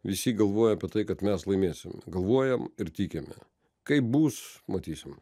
visi galvoja apie tai kad mes laimėsim galvojam ir tikime kaip bus matysim